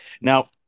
Now